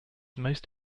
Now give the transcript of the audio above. most